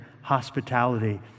hospitality